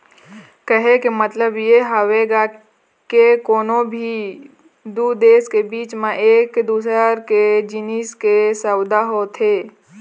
कहे के मतलब ये हवय गा के कोनो भी दू देश के बीच म एक दूसर के जिनिस के सउदा होथे